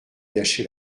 gâché